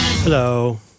Hello